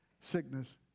sickness